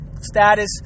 status